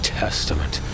testament